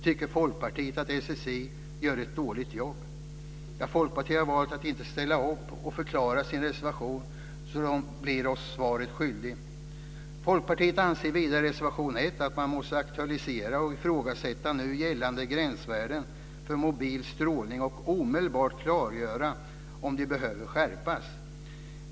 Tycker Folkpartiet att SSI gör ett dåligt jobb? Folkpartiet har valt att inte ställa upp och förklara sin reservation, så de blir oss svaret skyldiga. Folkpartiet anser vidare i reservation 1 att man måste aktualisera och ifrågasätta nu gällande gränsvärden för mobil strålning och omedelbart klargöra om de behöver skärpas.